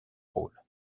rôle